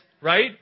right